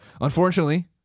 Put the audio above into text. Unfortunately